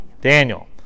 Daniel